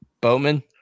Bowman